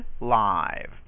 live